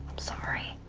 sorry.